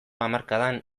hamarkadan